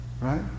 Right